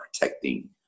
protecting